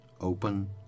open